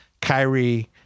Kyrie